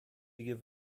give